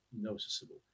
noticeable